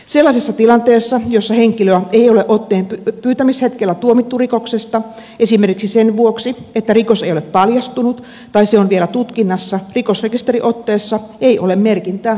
sellaisessa tilanteessa jossa henkilöä ei ole otteen pyytämishetkellä tuomittu rikoksesta esimerkiksi sen vuoksi että rikos ei ole paljastunut tai se on vielä tutkinnassa rikosrekisteriotteessa ei ole merkintää rikoksesta